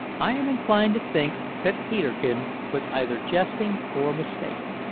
i am inclined to think that peterkin was either jesting or mistaken.